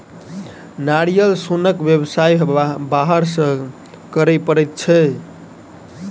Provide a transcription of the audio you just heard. नारियल सोनक व्यवसाय बाहर सॅ करय पड़ैत छै